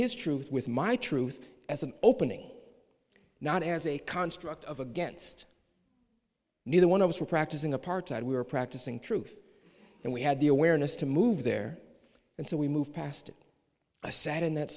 his truth with my truth as an opening not as a construct of against neither one of us for practicing apartheid we were practicing truth and we had the awareness to move there and so we move past it i sat in that